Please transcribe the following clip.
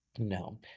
no